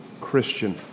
Christian